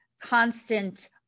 constant